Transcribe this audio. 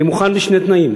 אני מוכן, בשני תנאים.